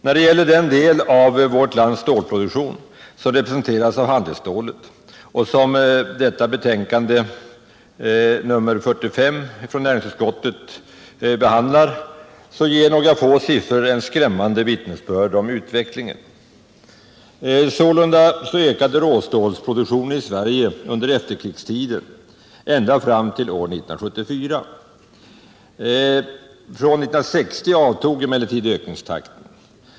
När det gäller den del av vårt lands stålproduktion som representeras av handelsstålet och som detta betänkande nr 45 från näringsutskottet behandlar ger några få siffror ett skrämmande vittnesbörd om utvecklingen. Sålunda ökade råstålsproduktionen i Sverige under efterkrigstiden ända fram till år 1974. Från 1960 avtog emellertid ökningstakten.